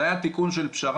זה היה תיקון של פשרה,